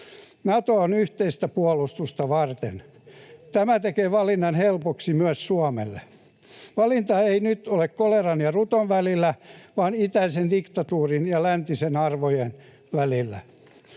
Nato on yhteistä puolustusta varten. Tämä tekee valinnan helpoksi myös Suomelle. Valinta ei nyt ole koleran ja ruton välillä vaan itäisen diktatuurin ja läntisten arvojen välillä.